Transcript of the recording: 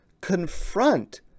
confront